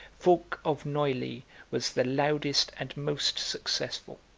fulk of neuilly was the loudest and most successful.